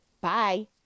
bye